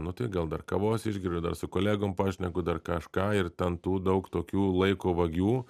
nu tai gal dar kavos išgeriu dar su kolegom pašneku dar kažką ir ten tų daug tokių laiko vagių